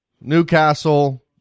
Newcastle